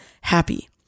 happy